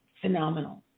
phenomenal